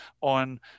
on